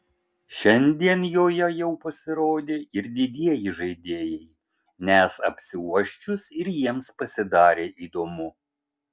šiandien joje jau pasirodė ir didieji žaidėjai nes apsiuosčius ir jiems pasidarė įdomu